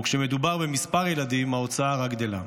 וכשמדובר בכמה ילדים, ההוצאה רק גדלה.